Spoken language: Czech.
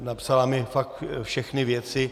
Napsala mi fakt všechny věci.